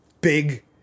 big